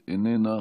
איננה,